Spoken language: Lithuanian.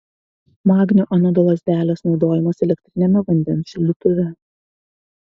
magnio anodo lazdelės naudojimas elektriniame vandens šildytuve